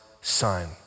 Son